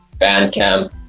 Bandcamp